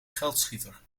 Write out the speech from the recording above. geldschieter